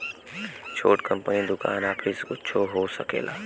छोट कंपनी दुकान आफिस कुच्छो हो सकेला